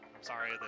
sorry